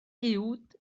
uwd